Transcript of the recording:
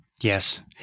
Yes